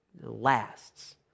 lasts